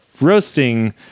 roasting